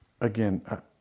again